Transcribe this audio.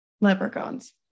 leprechauns